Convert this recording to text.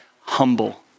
humble